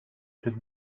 should